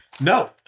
No